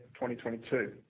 2022